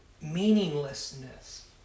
meaninglessness